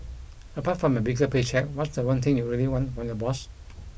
apart from a bigger pay cheque what's the one thing you really want from your boss